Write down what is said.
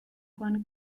juan